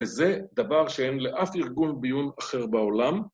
וזה דבר שאין לאף ארגון ביון אחר בעולם.